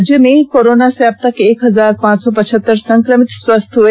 राज्य में कोरोना से अबतक एक हजार पांच सौ पचहत्तर संकभित स्वस्थ हुए